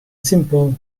simple